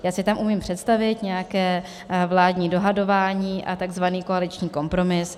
Já si tam umím představit nějaké vládní dohadování a takzvaný koaliční kompromis.